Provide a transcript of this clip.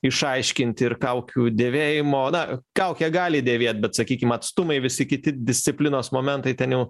išaiškinti ir kaukių dėvėjimo na kaukę gali dėvėt bet sakykim atstumai visi kiti disciplinos momentai ten jau